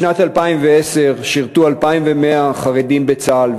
בשנת 2010 שירתו 2,100 חרדים בצה"ל,